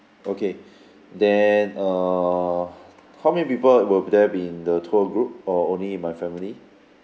okay then err how many people will there be in the tour group or only my family